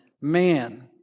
man